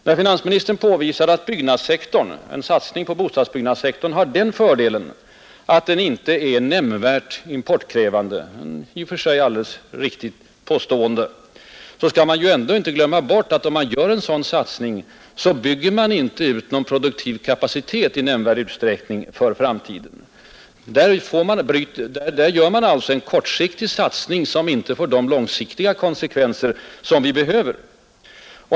När finansministern påvisade att en satsning på bostadsbyggnadssektorn har den fördelen att den inte är nämnvärt importkrävande — ett i och för sig alldeles riktigt påstående — då får man inte glömma bort att med sådana satsningar bygger man inte ut landets framtida produktionskapacitet i någon nämnvärd utsträckning. Man gör enbart kortsiktiga satsningar som inte får de långsiktiga konsekvenser som landet behöver.